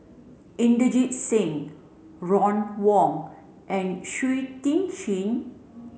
Inderjit Singh Ron Wong and Shui Tit Sing